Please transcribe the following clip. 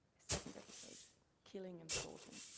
second episode killing and sorting.